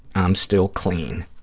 i'm still clean.